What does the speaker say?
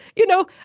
you know,